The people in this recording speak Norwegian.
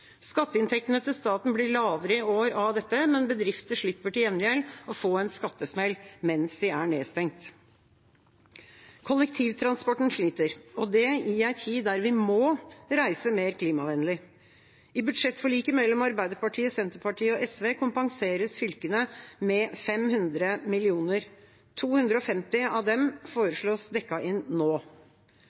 Skatteinntektene til staten blir lavere i år av dette, men bedrifter slipper til gjengjeld å få en skattesmell mens de er nedstengt. Kollektivtransporten sliter, og det i en tid der vi må reise mer klimavennlig. I budsjettforliket mellom Arbeiderpartiet, Senterpartiet og SV kompenseres fylkene med 500 mill. kr. 250 mill. kr av dem foreslås dekket inn nå.